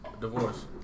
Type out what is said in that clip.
divorce